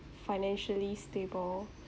financially stable